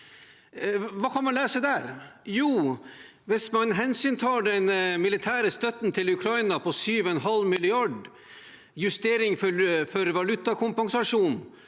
Hva kan man lese der? Jo, hvis man hensyntar den militære støtten til Ukraina på 7,5 mrd. kr, justering for valutakompensasjon